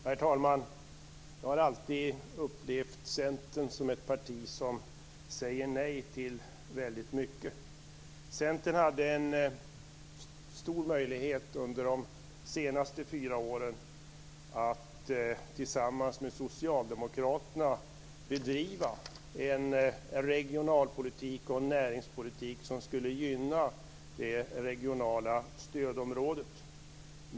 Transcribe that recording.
Herr talman! Jag har alltid upplevt Centern som ett parti som säger nej till mycket. Centern hade en stor möjlighet att under de senaste fyra åren tillsammans med socialdemokraterna bedriva en regionalpolitik och en näringspolitik som skulle gynna det regionala stödområdet.